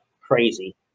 crazy